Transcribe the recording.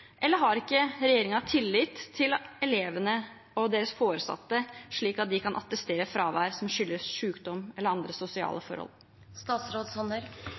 eller har ikke regjeringen tillit til at elevene og deres foresatte kan attestere fravær som skyldes sykdom eller andre sosiale